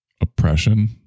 oppression